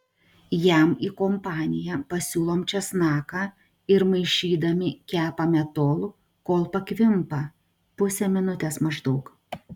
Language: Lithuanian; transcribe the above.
jam į kompaniją pasiūlom česnaką ir maišydami kepame tol kol pakvimpa pusę minutės maždaug